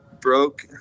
broke